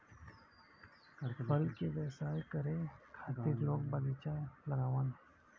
फल के व्यवसाय करे खातिर लोग बगीचा लगावलन